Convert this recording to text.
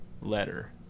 letter